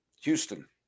Houston